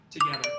together